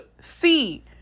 see